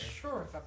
Sure